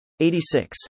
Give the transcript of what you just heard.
86